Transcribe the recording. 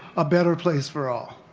a better place for all?